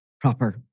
proper